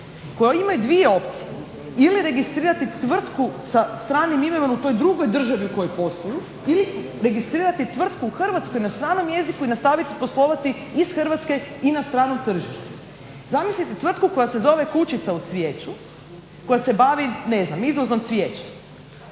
koje imaju dvije opcije ili registrirati tvrtku sa stranim imenom u toj drugoj državi u kojoj posluju ili registrirati tvrtku u Hrvatskoj na stranom jeziku i nastaviti poslovati iz Hrvatske i na stranom tržištu. Zamislite tvrtku koja se zove "Kućica u cvijeću" koja se bavi ne znam izvozom cvijeća.